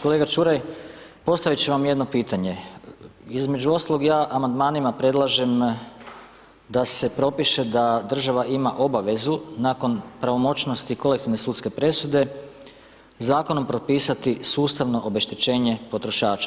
Kolega Čuraj, postaviti ću vam jedno pitanje, između ostaloga ja Amandmanima predlažem da se propiše da država ima obavezu nakon pravomoćnosti kolektivne sudske presude, Zakonom propisati sustavno obeštećenje potrošača.